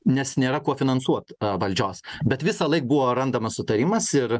nes nėra kuo finansuot valdžios bet visąlaik buvo randamas sutarimas ir